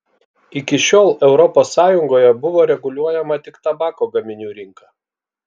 iki šiol europos sąjungoje buvo reguliuojama tik tabako gaminių rinka